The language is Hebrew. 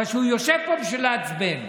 בגלל שהוא יושב פה בשביל לעצבן.